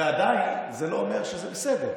ועדיין זה לא אומר שזה בסדר.